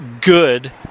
good